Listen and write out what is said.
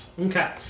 Okay